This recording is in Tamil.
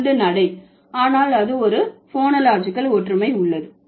தண்டு நடை ஆனால் அது ஒரு போனோலாஜிகல் ஒற்றுமை உள்ளது